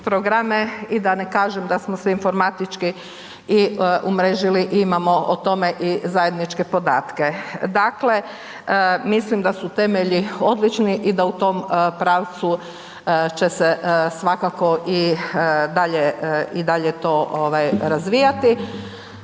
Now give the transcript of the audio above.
i da ne kažem da smo se informatički i umrežili i imamo o tome i zajedničke podatke. Dakle, mislim da tu temelji odlični i da u tom pravcu će se svakako i dalje i dalje to razvijati.